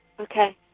Okay